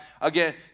again